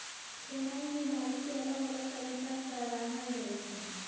खेनाइ मे दालि केँ अलग अलग तरीका सँ रान्हल जाइ छै